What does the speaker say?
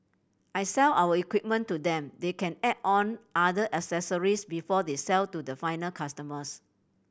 I sell our equipment to them they can add on other accessories before they sell to the final customers